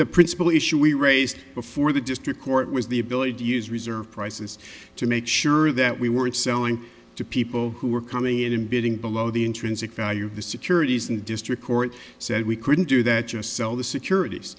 the principle issue we raised before the district court was the ability to use reserve prices to make sure that we weren't selling to people who were coming in and bidding below the intrinsic value of the securities and district court said we couldn't do that just sell the securit